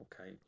okay